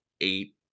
eight